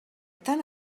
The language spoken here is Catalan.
tan